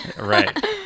Right